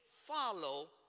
follow